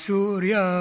Surya